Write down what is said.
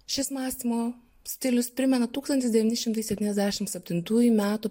šis mąstymo stilius primena tūkstantis devyni šimtai septyniasdešim septintųjų metų